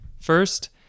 First